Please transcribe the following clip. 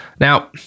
Now